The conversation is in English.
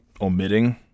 omitting